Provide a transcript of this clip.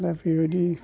दा बेबायदि